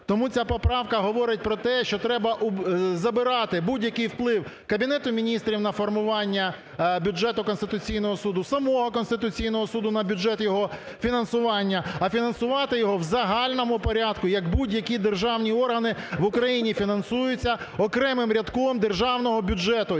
Тому ця поправка говорить про те, що треба забирати будь-який вплив Кабінету Міністрів на формування бюджету Конституційного Суду, самого Конституційного Суду на бюджет його фінансування, а фінансувати його в загальному порядку, як будь-які державні органи в Україні фінансуються окремим рядком державного бюджету.